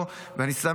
אני רוצה להודות לך,